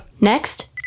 Next